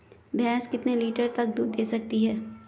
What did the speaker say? भैंस कितने लीटर तक दूध दे सकती है?